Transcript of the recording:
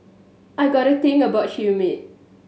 I got a thing about humid